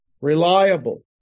reliable